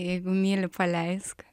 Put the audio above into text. jeigu myli paleisk